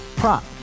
prop